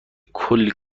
کلی